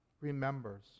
remembers